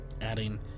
adding